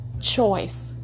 choice